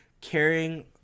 caring